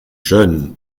jeune